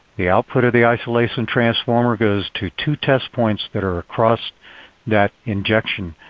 the output of the isolation transformer goes to two test points that are across that injection